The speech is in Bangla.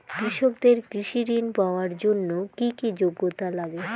কৃষকদের কৃষি ঋণ পাওয়ার জন্য কী কী যোগ্যতা লাগে?